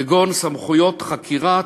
כגון סמכויות חקירה,